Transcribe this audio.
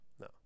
no